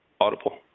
Audible